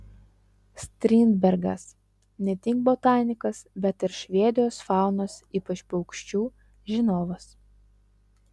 strindbergas ne tik botanikas bet ir švedijos faunos ypač paukščių žinovas